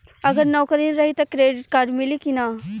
अगर नौकरीन रही त क्रेडिट कार्ड मिली कि ना?